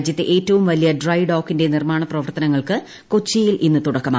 രാജ്യത്തെ ഏറ്റവും വലിയ ഡ്രൈ ഡോക്കിന്റെ നിർമ്മാണ പ്രവർത്തനങ്ങൾക്ക് കൊച്ചിയിൽ ഇന്ന് തുടക്കമാവും